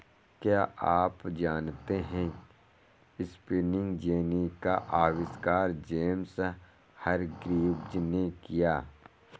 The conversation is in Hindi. क्या आप जानते है स्पिनिंग जेनी का आविष्कार जेम्स हरग्रीव्ज ने किया?